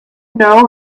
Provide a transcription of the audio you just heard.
know